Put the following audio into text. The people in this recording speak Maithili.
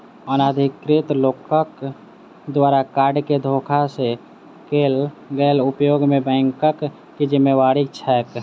अनाधिकृत लोकक द्वारा कार्ड केँ धोखा सँ कैल गेल उपयोग मे बैंकक की जिम्मेवारी छैक?